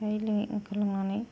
जायै लोंयै आंखारलांनानै